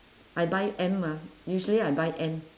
I buy M ah usually I buy M